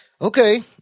Okay